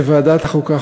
לוועדת החוקה,